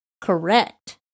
Correct